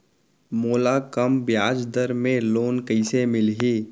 मोला कम ब्याजदर में लोन कइसे मिलही?